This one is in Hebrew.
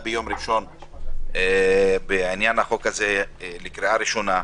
ביום ראשון בעניין החוק הזה לקריאה ראשונה,